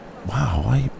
Wow